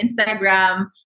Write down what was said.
Instagram